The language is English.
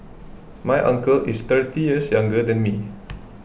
my uncle is thirty years younger than me